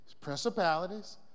principalities